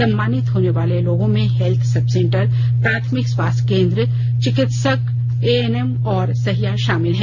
सम्मानित होने वाले लोगों में हेल्थ सब सेंटर प्राथमिक स्वास्थ्य केंद्र चिकित्सक एएनएम और सहिया शामिल हैं